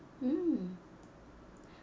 mm